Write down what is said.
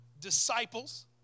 Disciples